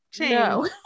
No